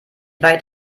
weit